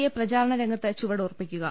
A പ്രചാരണരംഗത്ത് ചുവട് ഉറപ്പിക്കുക